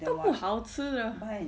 都不好吃的